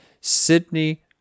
Sydney